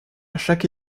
chaque